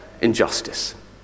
injustice